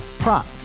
Prop